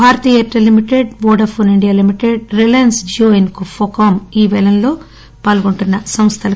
Bharati Airtel limited Vodafone Idea limited Reliance Jio ఇన్సేకామ్ ఈ పేలంలో పాల్గొంటున్న సంస్థలు